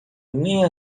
nem